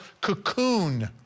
cocoon